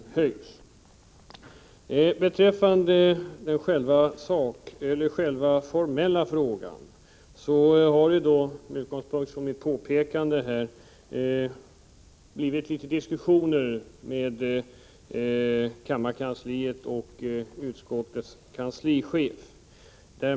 Beträffande den formella frågan har det med utgångspunkt i mitt påpekande varit litet diskussion med kammarkansliet och utskottets kanslichef.